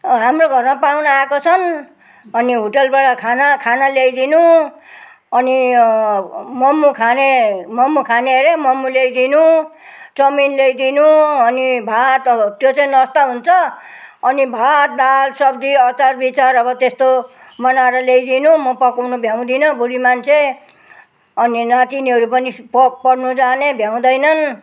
हाम्रो घरमा पाहुना आएका छन् अनि हुटेलबाट खाना खाना ल्याइदिनु अनि मम खाने मम खाने मम खाने हरे मम ल्याइदिनु चाउमिन ल्याइदिनु अनि भात अब त्यो चाहिँ नास्ता हुन्छ अनि भात दाल सब्जी अचार बिचार अब त्यस्तो बनाएर ल्याइदिनु म पकाउनु भ्याउँदिनँ बुढी मान्छे अनि नातिनीहरू प पढ्नु जाने भ्याउँदैनन्